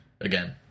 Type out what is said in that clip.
again